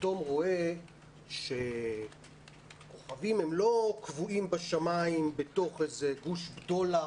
ופתאום רואה שכוכבים הם לא קבועים בשמיים בתוך גוש בדולח,